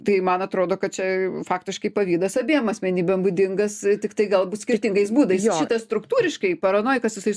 tai man atrodo kad čia faktiškai pavydas abiem asmenybėm būdingas tiktai galbūt skirtingais būdais šitas struktūriškai paranojikas jisai